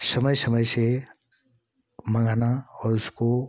समय समय से मंगाना और उसको